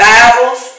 Bibles